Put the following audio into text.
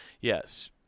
Yes